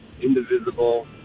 indivisible